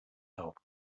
help